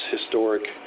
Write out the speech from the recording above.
historic